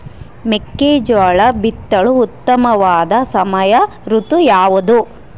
ಮೆಕ್ಕೆಜೋಳ ಬಿತ್ತಲು ಉತ್ತಮವಾದ ಸಮಯ ಋತು ಯಾವುದು?